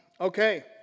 Okay